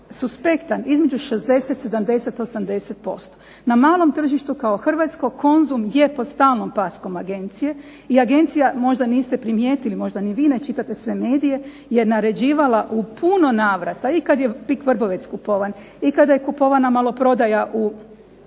suspektan, između 60, 70, 80%. Na malom tržištu kao hrvatsko Konzum je pod stalnom paskom agencije, i agencija možda niste primijetili, možda ni vi ne čitate sve medije, je naređivala u puno navrata i kad je PIK Vrbovec kupovan, i kada je kupovana maloprodaja u Dalmaciji